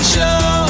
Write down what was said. Show